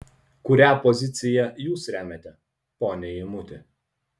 kurią poziciją jūs remiate pone eimuti